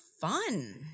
fun